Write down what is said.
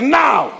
now